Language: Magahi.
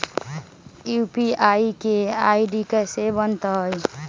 यू.पी.आई के आई.डी कैसे बनतई?